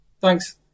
Thanks